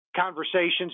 conversations